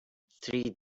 three